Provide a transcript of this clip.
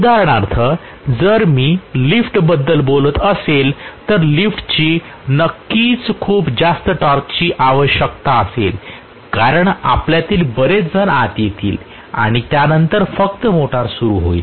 उदाहरणार्थ जर मी लिफ्टबद्दल बोलत असेल तर लिफ्टला नक्कीच खूप जास्त टॉर्कची आवश्यकता असेल कारण आपल्यातील बरेचजण आत येतील आणि त्यानंतर फक्त मोटर सुरू होईल